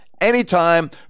anytime